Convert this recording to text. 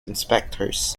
inspectors